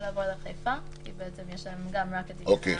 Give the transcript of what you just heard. לחיפה כי יש להם רק את --- אוקיי,